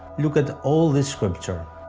look at all these sculptures.